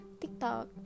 TikTok